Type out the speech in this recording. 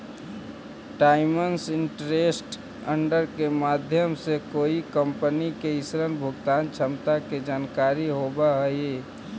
times interest earned के माध्यम से कोई कंपनी के ऋण भुगतान क्षमता के जानकारी होवऽ हई